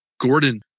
Gordon